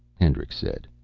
hendricks said.